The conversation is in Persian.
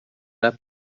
فارسی